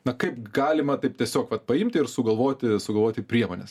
na kaip galima taip tiesiog vat paimti ir sugalvoti sugalvoti priemones